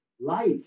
life